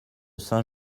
saint